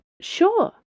Sure